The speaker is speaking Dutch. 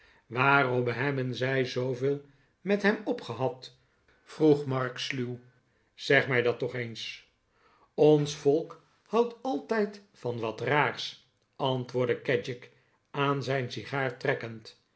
waarom hebben zij zooveel met hem opgehad vroeg mark sluw zeg mij dat toch eens ons volk houdt altijd van wat raars antwoordde kedgick aan zijn sigaar trekkend